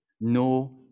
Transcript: no